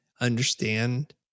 understand